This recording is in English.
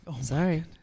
Sorry